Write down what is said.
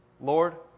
Lord